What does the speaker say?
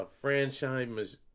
franchise